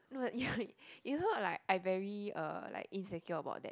no like you know like I very uh like insecure about that